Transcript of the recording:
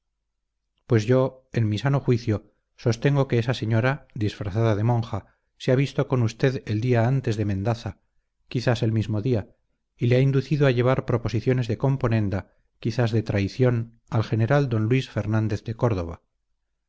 pues yo en mi sano juicio sostengo que esa señora disfrazada de monja se ha visto con usted el día antes de mendaza quizás el mismo día y le ha inducido a llevar proposiciones de componenda quizás de traición al general d luis fernández de córdoba